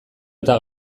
eta